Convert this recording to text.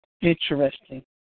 Interesting